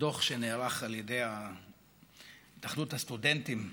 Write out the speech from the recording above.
הדוח שנערך על ידי התאחדות הסטודנטים,